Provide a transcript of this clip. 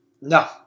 No